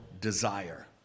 desire